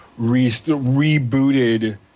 rebooted